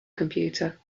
computer